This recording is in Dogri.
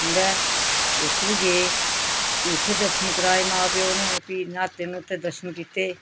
उंदै उत्त बी गे फ्ही उत्थै दर्शन कराए मां प्यो न फ्ही न्हाते न्हुते दर्शन कीते